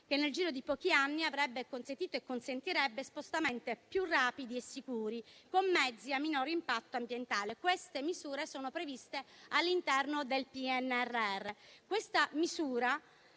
che, nel giro di pochi anni, avrebbe consentito e consentirebbe spostamenti più rapidi e sicuri, con mezzi a minore impatto ambientale. Queste misure sono previste all'interno del PNRR.